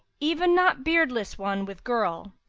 even not beardless one with girl,